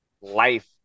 life